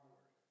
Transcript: Lord